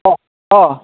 अह अह